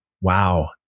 Wow